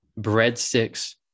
breadsticks